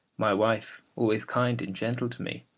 my wife, always kind and gentle to me,